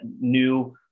new